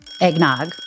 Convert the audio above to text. Eggnog